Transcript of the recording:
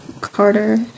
Carter